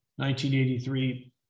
1983